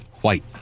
White